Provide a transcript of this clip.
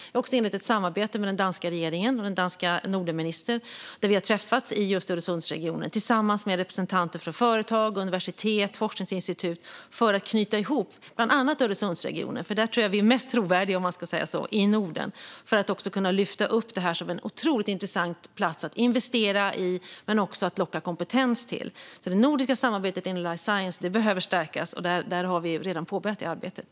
Jag har också inlett ett samarbete med den danska regeringen och den danska Nordenministern där vi har träffats i just Öresundsregionen tillsammans med representanter för företag, universitet och forskningsinstitut för att knyta ihop bland annat Öresundsregionen. Där är vi mest trovärdiga i Norden för att kunna lyfta upp det här som en otroligt intressant plats att investera i men också att locka kompetens till. Det nordiska samarbetet i life science behöver stärkas. Där har vi redan påbörjat det arbetet.